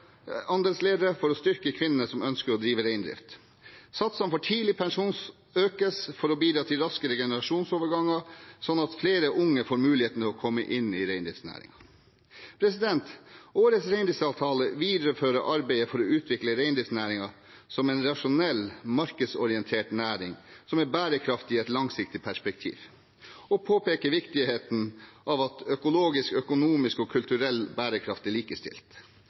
kvinnelige sidaandelsledere, for å styrke kvinnene som ønsker å drive reindrift. Satsene for tidligpensjon økes for å bidra til raskere generasjonsoverganger, slik at flere unge får mulighet til å komme inn i reindriftsnæringen. Årets reindriftsavtale viderefører arbeidet for å utvikle reindriftsnæringen som en rasjonell, markedsorientert næring som er bærekraftig i et langsiktig perspektiv, og påpeker viktigheten av at økologisk, økonomisk og kulturell bærekraft er likestilt.